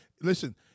listen